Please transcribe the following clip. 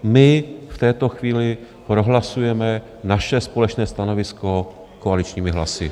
My v této chvíli prohlasujeme naše společné stanovisko koaličními hlasy.